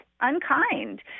unkind